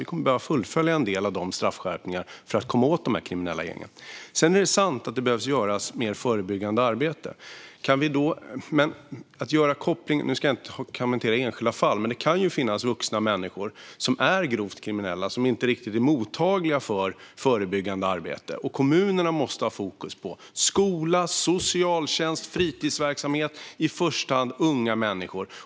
Vi kommer att behöva fullfölja en del av dessa straffskärpningar för att komma åt de kriminella gängen. Sedan är det sant att det behövs mer förebyggande arbete. Jag ska inte kommentera enskilda fall, men det kan finnas vuxna människor som är grovt kriminella och inte riktigt mottagliga för förebyggande arbete. Kommunerna måste ha fokus på skola, socialtjänst och fritidsverksamhet för i första hand unga människor.